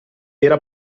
era